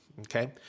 Okay